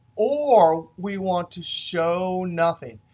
or we want to show nothing.